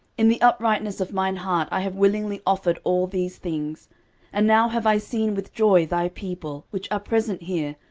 in the uprightness of mine heart i have willingly offered all these things and now have i seen with joy thy people, which are present here,